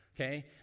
okay